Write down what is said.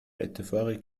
اتفاقی